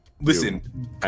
Listen